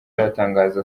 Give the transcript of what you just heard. aratangaza